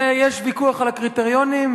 ויש ויכוח על הקריטריונים.